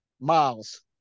Miles